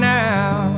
now